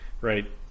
right